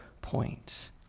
point